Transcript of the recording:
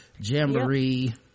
jamboree